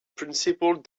principle